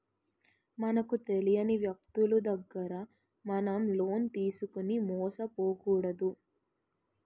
మనకు తెలియని వ్యక్తులు దగ్గర మనం లోన్ తీసుకుని మోసపోకూడదు